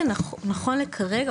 נכון לכרגע,